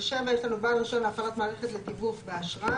בפסקה (7) יש לנו "בעל רישיון להפעלת מערכת לתיווך באשראי".